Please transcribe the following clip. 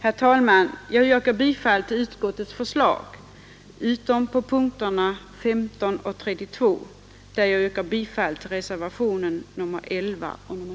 Herr talman! Jag yrkar bifall till utskottets förslag utom på punkterna 15 och 32, där jag yrkar bifall till reservationerna 11 och 19.